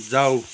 जाऊ